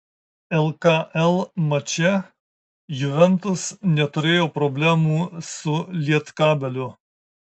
lkl mače juventus neturėjo problemų su lietkabeliu